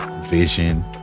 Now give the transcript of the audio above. vision